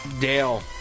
Dale